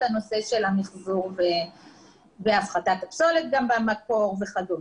הנושא של המיחזור והפחתת הפסולת במקור וכדומה.